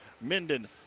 Minden